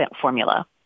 formula